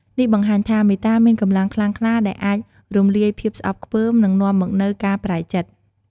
នេះបង្ហាញថា មេត្តាមានកម្លាំងខ្លាំងក្លាដែលអាចរំលាយភាពស្អប់ខ្ពើម និងនាំមកនូវការប្រែចិត្ត។